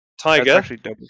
tiger